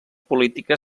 política